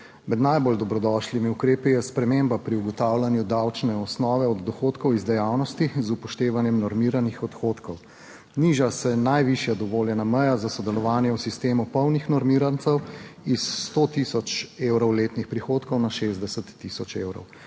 Med najbolj dobrodošlimi ukrepi je sprememba pri ugotavljanju davčne osnove od dohodkov iz dejavnosti z upoštevanjem normiranih odhodkov. Niža se najvišja dovoljena meja za sodelovanje v sistemu polnih normirancev s 100 tisoč evrov letnih prihodkov na 60 tisoč evrov.